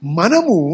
Manamu